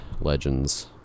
Legends